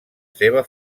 seva